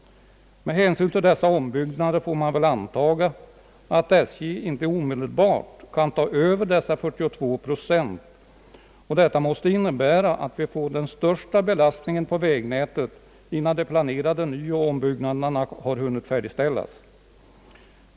Med hänsyn till dessa ombyggnader får man väl antaga att SJ inte omedelbart kan ta över dessa 42 procent, och det måste ju innebära att vi får den största belastningen på vägnätet innan de planerade nyoch ombyggnaderna har hunnit färdigställas.